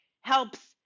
helps